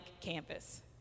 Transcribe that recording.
campus